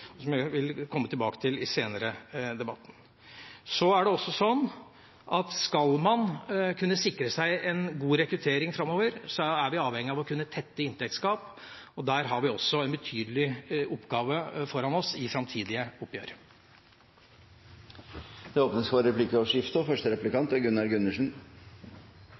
som jeg vil komme tilbake til senere i debatten. Så er det også sånn at skal man kunne sikre seg en god rekruttering framover, er vi avhengige av å kunne tette inntektsgap, og der har vi også en betydelig oppgave foran oss i framtidige oppgjør. Det åpnes for replikkordskifte.